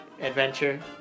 adventure